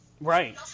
Right